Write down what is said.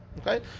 Okay